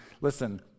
listen